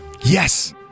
Yes